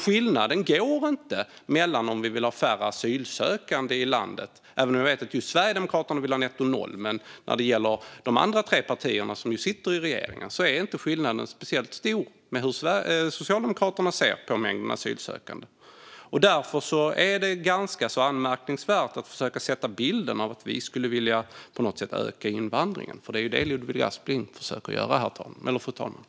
Skillnaden i hur vi ser på mängden asylsökande i landet är inte speciellt stor mellan de tre partier som sitter i regeringen och Socialdemokraterna - även om jag vet att just Sverigedemokraterna vill ha netto noll. Därför är det ganska anmärkningsvärt att försöka ge en bild av att vi på något sätt skulle vilja öka invandringen. Det är det Ludvig Aspling försöker göra, fru talman.